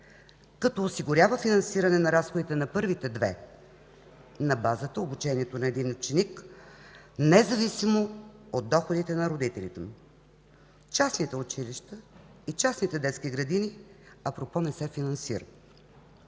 като осигурява финансирането на разходите на първите две на базата на обучението на един ученик независимо от доходите на родителите му. Частните училища и частните детски градини не се финансират.